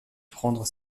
prendre